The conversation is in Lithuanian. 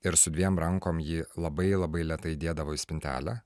ir su dviem rankom jį labai labai lėtai dėdavo į spintelę